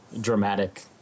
dramatic